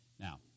Now